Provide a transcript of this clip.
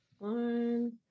One